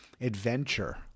adventure